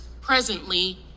presently